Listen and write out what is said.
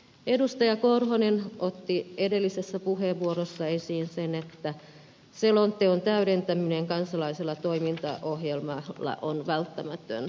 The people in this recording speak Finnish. timo korhonen otti edellisessä puheenvuorossa esiin sen että selonteon täydentäminen kansallisella toimintaohjelmalla on välttämätöntä